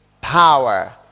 power